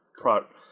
product